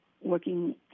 working